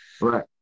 Right